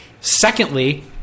Secondly